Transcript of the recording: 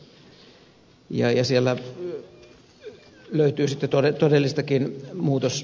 siellä löytyy sitten todellistakin muutostarvetta